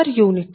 u